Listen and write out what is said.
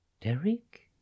Derek